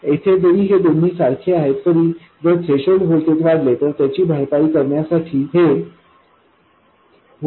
येथे जरी हे दोन्ही सारखे आहेत तरी जर थ्रेशोल्ड व्होल्टेज वाढले तर त्याची भरपाई करण्यासाठी हे व्होल्टेज स्वतः वाढेल